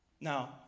Now